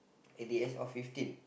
at the age of fifteen